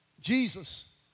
Jesus